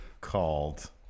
called